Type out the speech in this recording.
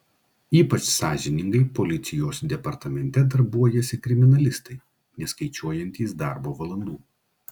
ypač sąžiningai policijos departamente darbuojasi kriminalistai neskaičiuojantys darbo valandų